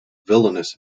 villainous